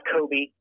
Kobe